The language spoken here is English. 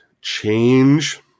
change